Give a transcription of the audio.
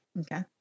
Okay